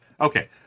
okay